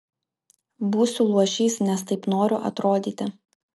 būsiu luošys nes taip noriu atrodyti